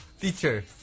Teacher